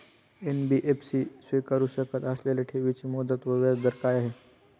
NBFC स्वीकारु शकत असलेल्या ठेवीची मुदत व व्याजदर काय आहे?